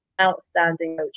outstanding